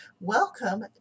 welcome